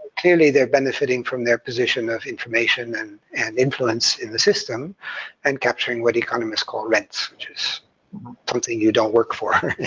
clearly they're benefiting from their position of information and an influence in the system and capturing what economists call rents, which is something you don't work for,